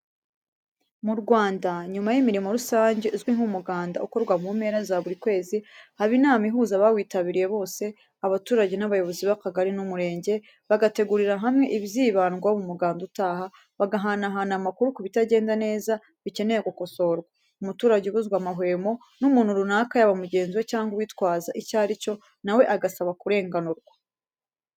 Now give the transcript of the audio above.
Mu Rwanda, nyuma y'imirimo rusange izwi nk'umuganda ukorwa mu mpera za buri kwezi, haba inama ihuza abawitabiriye bose, abaturage n'abayobozi b'akagali n'umurenge, bagategurira hamwe ibizibandwaho mu muganda utaha, bagahanahana amakuru ku bitagenda neza bikeneye gukosorwa, umuturage ubuzwa amahwemo n'umuntu runaka yaba mugenzi we cyangwa uwitwaza icyo ari cyo, na we agasaba kurenganurwa.